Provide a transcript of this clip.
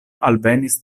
alvenis